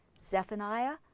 Zephaniah